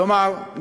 כלומר,